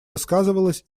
высказывалась